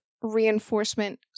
reinforcement